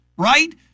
right